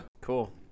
Cool